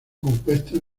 compuestas